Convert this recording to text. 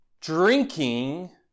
drinking